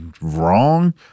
wrong